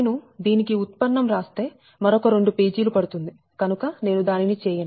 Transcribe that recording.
నేను దీనికి ఉత్పన్నం వ్రాస్తే మరొక 2 పేజీ లు పడుతుంది కనుక నేను దాని ని చేయను